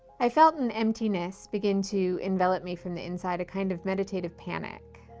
i felt an emptiness begin to envelop me from the inside, a kind of meditative panic.